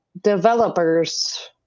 developers